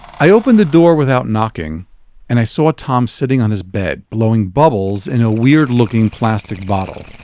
i opened the door without knocking and i saw tom sitting on his bed blowing bubbles in a weird-looking plastic bottle